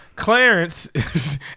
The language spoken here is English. Clarence